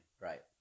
Right